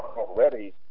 already